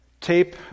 tape